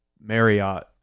Marriott